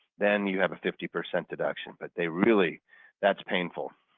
then you have a fifty percent deduction but they really that's painful.